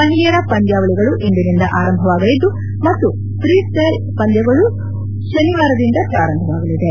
ಮಹಿಳೆಯರ ಪಂದ್ಯಾವಳಿಗಳು ಇಂದಿನಿಂದ ಆರಂಭವಾಗಲಿದ್ದು ಮತ್ತು ಪ್ರಿಸ್ಟೈಲ್ ಪಂದ್ಯಗಳು ಶನಿವಾರದಿಂದ ಪ್ರಾರಂಭವಾಗಲಿವೆ